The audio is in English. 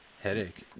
headache